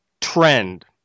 trend